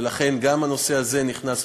ולכן גם הנושא הזה נכנס.